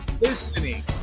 listening